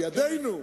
ג'ומס,